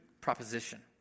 proposition